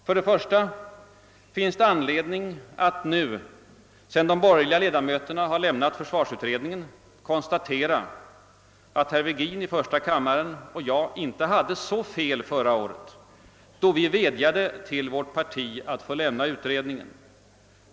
För det första finns det anledning att nu sedan de borgerliga ledamöterna lämnat försvarsutredningen konstatera, att herr Virgin och jag inte hade så fel förra året då vi vädjade till vårt parti att få lämna utredningen.